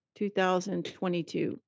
2022